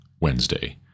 Wednesday